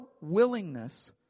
willingness